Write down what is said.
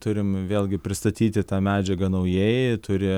turim vėlgi pristatyti tą medžiagą naujai turi